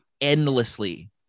endlessly